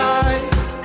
eyes